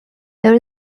there